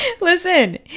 Listen